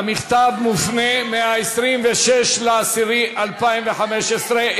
המכתב מופנה מ-26 באוקטובר 2015,